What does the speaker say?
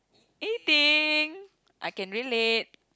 eating I can relate